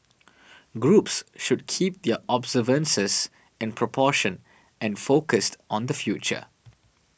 groups should keep their observances in proportion and focused on the future